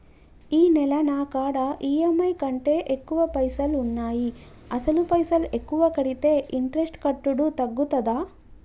ఈ నెల నా కాడా ఈ.ఎమ్.ఐ కంటే ఎక్కువ పైసల్ ఉన్నాయి అసలు పైసల్ ఎక్కువ కడితే ఇంట్రెస్ట్ కట్టుడు తగ్గుతదా?